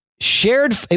Shared